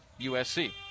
USC